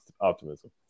optimism